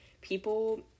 people